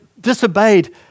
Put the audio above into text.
disobeyed